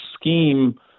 scheme